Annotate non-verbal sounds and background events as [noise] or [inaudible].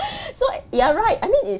[breath] so you're right I mean it's